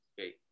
okay